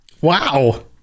Wow